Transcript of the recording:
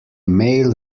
male